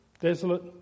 Desolate